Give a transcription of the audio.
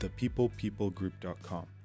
thepeoplepeoplegroup.com